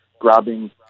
grabbing